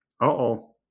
Uh-oh